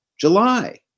July